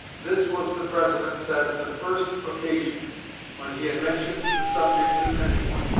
this was, the president said, the first occasion when he had mentioned the subject to anyone,